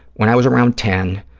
when i was around ten,